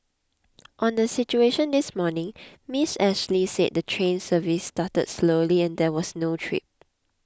on the situation this morning Miss Ashley said the train service started slowly and there were no trips